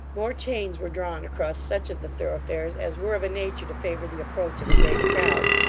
more chains were drawn across such of the thoroughfares as were of a nature to favour the approach of a great crowd,